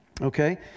Okay